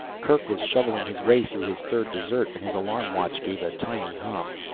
kerk was shoveling his way through his third dessert when his alarm watch gave a tiny hum.